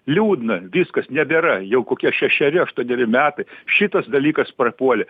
liūdna viskas nebėra jau kokie šešeri aštuoneri metai šitas dalykas prapuolė